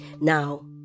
Now